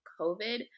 COVID